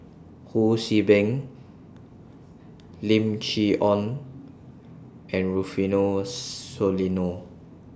Ho See Beng Lim Chee Onn and Rufino Soliano